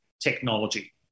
technology